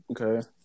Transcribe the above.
Okay